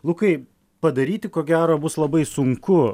lukai padaryti ko gero bus labai sunku